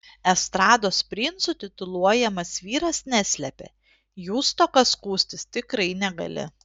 estrados princu tituluojamas vyras neslepia jų stoka skųstis tikrai negali